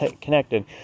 connected